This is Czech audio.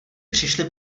přišli